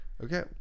Okay